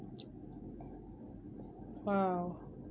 !wow!